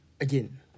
again